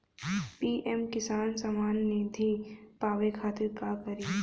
PM Kisan Samman Nidhi पावे खातिर का करी?